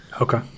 Okay